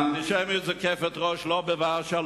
"האנטישמיות זוקפת ראש לא בוורשה,